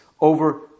over